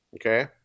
Okay